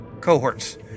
Cohorts